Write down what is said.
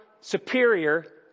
superior